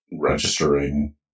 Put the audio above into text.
registering